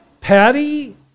patty